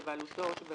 חשבון